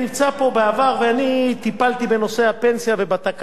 הייתי פה בעבר וטיפלתי בנושא הפנסיה ובתקנון האחיד,